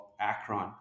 Akron